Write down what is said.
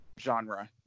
genre